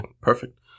perfect